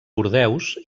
bordeus